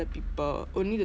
people only the